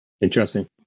Interesting